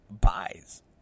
buys